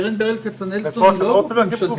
קרן ברל כצנלסון היא לא גוף ממשלתי.